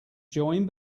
join